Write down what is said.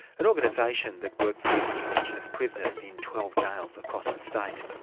an organisation that works with indigenous prisoners in twelve jails across the state.